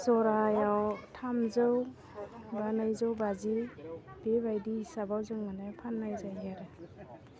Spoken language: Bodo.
ज'रायाव थामजौ बा नैजौ बाजि बेबायदि हिसाबाव जों माने फन्नाय जायो आरो